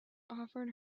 offered